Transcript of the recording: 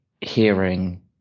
hearing